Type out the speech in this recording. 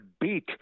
beat